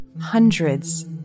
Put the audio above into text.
Hundreds